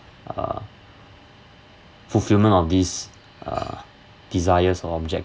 uh fulfilment of this uh desires or objectives